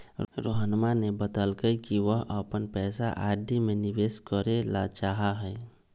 रोहनवा ने बतल कई कि वह अपन पैसा आर.डी में निवेश करे ला चाहाह हई